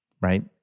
right